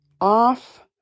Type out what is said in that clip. off